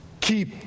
keep